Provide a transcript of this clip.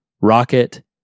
Rocket